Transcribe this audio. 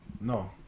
No